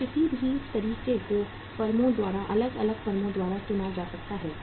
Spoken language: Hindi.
तो किसी भी तरीके को फर्मों द्वारा अलग अलग फर्मों द्वारा चुना जा सकता है